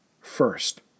first